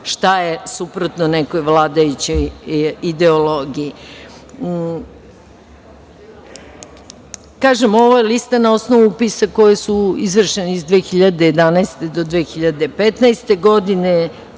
šta je suprotno nekoj vladajućoj ideologiji. Kažem, ovo je lista na osnovu upisa koji su izvršeni od 2011. do 2015. godine.